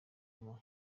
obama